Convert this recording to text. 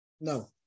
no